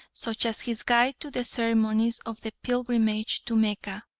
such as his guide to the ceremonies of the pilgrimage to mecca.